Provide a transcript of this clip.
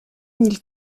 mille